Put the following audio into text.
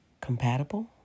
compatible